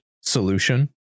solution